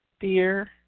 Fear